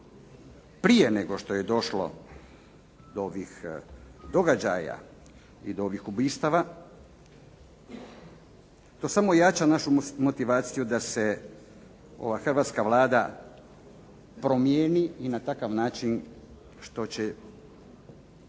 prije nego što je došlo do ovih događaja i do ovih ubistava to samo jača našu motivaciju da se ova hrvatska Vlada promijeni i na takav način što će